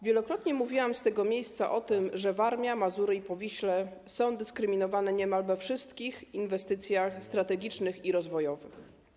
Wielokrotnie mówiłam z tego miejsca o tym, że Warmia, Mazury i Powiśle są dyskryminowane niemal we wszystkich inwestycjach strategicznych i rozwojowych.